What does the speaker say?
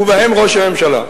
ובהם ראש הממשלה.